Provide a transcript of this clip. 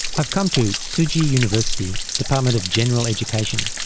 i've come to tzuchi university, department of general education,